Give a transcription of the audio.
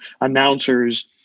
announcers –